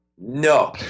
No